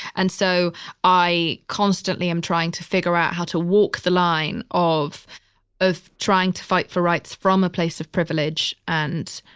and so i constantly am trying to figure out how to walk the line of of trying to fight for rights from a place of privilege and,